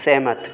सहमत